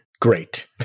Great